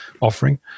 offering